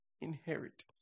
inherit